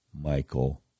Michael